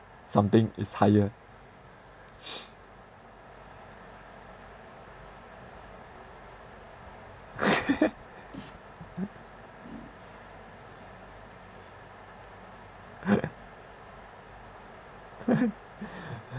something is higher